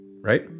right